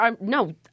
no